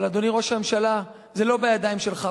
אבל, אדוני ראש הממשלה, זה לא בידיים שלך.